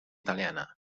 italiana